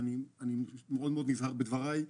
ואני מאוד נזהר בדבריי,